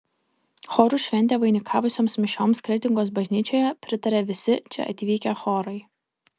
chorų šventę vainikavusioms mišioms kretingos bažnyčioje pritarė visi čia atvykę chorai